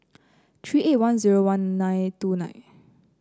three eight one zero one nine two nine